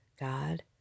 God